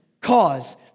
cause